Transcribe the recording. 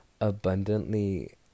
abundantly